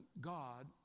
God